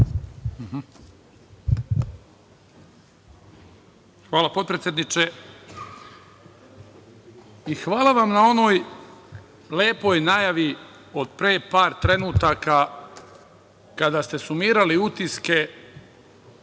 Hvala, potpredsedniče. Hvala vam na onoj lepoj najavi od pre par trenutaka kada ste sumirali utiske